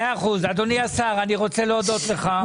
אדוני השר, אני רוצה להודות לך.